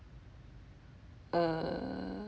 err